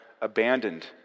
abandoned